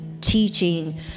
teaching